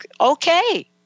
Okay